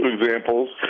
examples